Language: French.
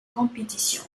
compétition